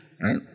right